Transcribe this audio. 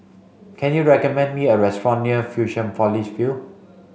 can you recommend me a restaurant near Fusionopolis View